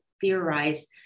theorize